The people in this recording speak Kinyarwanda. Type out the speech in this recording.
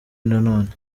nanone